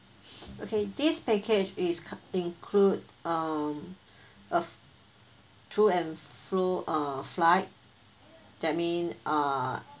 okay this package is include um a to and fro err flight that mean uh